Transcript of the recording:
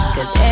Cause